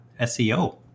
SEO